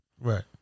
Right